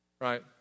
right